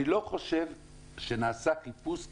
אני לא חושב שנעשה חיפוש.